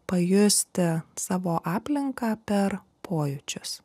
pajusti savo aplinką per pojūčius